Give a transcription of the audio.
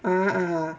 ah ah